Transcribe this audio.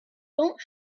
don’t